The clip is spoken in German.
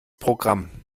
programm